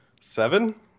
seven